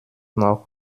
noch